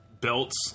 belts